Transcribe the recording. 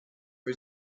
for